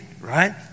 right